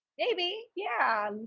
maybe. yeah.